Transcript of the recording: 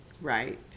right